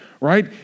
right